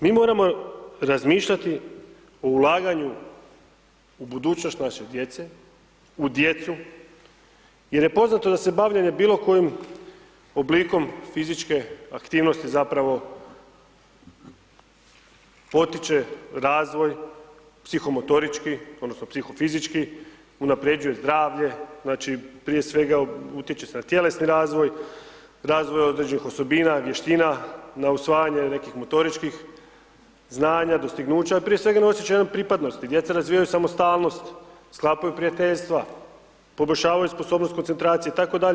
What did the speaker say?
Mi moramo razmišljati o ulaganju u budućnost naše djece, u djecu, jer je poznato da se bavljenje bilo kojim oblikom fizičke aktivnosti zapravo potiče razvoj psihomotorički, odnosno psihofizički, unapređuje zdravlje, znači prije svega utječe se na tjelesni razvij, razvoj određenih osobina, vještina, na usvajanje nekih motoričkih znanja, dostignuća ali prije svega na osjećaj jedan pripadnosti, djeca razvijaju samostalnost, sklapaju prijateljstva, poboljšavaju sposobnog koncentracije itd.